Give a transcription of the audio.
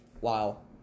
Wow